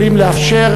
יכולים לאפשר,